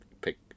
pick